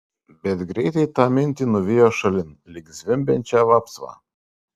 bet greitai tą mintį nuvijo šalin lyg zvimbiančią vapsvą